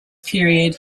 period